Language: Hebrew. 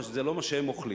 זה לא מה שהם אוכלים,